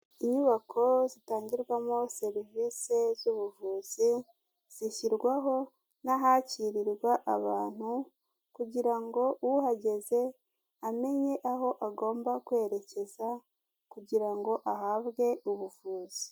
Inyubako zitangirwamo serivisi z'ubuvuzi, zishyirwaho n'ahakirirwa abantu kugira ngo uhageze amenye aho agomba kwerekeza kugira ngo ahabwe ubuvuzi.